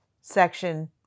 section